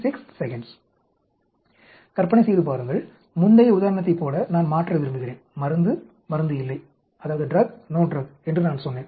கற்பனை செய்து பாருங்கள் முந்தைய உதாரணத்தைப் போல நான் மாற்ற விரும்புகிறேன் மருந்து மருந்து இல்லை என்று நான் சொன்னேன்